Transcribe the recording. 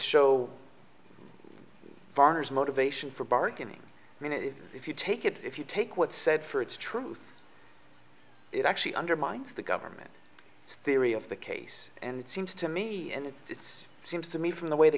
show foreigners motivation for bargaining i mean if you take it if you take what's said for its truth it actually undermines the government theory of the case and it seems to me and it's seems to me from the way the